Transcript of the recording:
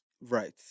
Right